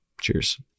Cheers